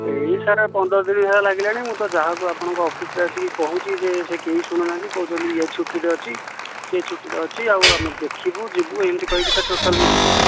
ଏଇ ସାର୍ ପନ୍ଦର ଦିନ୍ ହେଲା ଲାଗିଲାଣି ମୁଁ ତ ଯାହାକୁ ଆପଣଙ୍କ ଅଫିସ୍ରେ ଆସି କହୁଛି ଯେ ସେ କେହି ଶୁଣୁନାହାଁନ୍ତି କହୁଛନ୍ତି ଇଏ ଛୁଟିରେ ଅଛି ସିଏ ଛୁଟିରେ ଅଛି ଆଉ ଆମେ ଦେଖିବୁ ଯିବୁ ଏମିତି କହିକି ଟୋଟାଲି କିଛି କରୁନାହାନ୍ତି